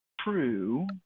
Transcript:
True